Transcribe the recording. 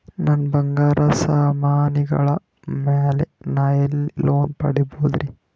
ನನ್ನ ಬಂಗಾರ ಸಾಮಾನಿಗಳ ಮ್ಯಾಲೆ ನಾ ಎಲ್ಲಿ ಲೋನ್ ಪಡಿಬೋದರಿ?